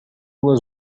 was